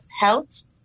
Health